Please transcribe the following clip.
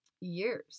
years